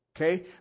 Okay